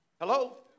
Hello